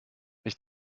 ich